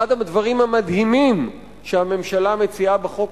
אחד הדברים המדהימים שהממשלה מציעה בחוק